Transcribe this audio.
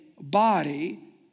body